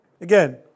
again